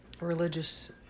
religious